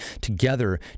together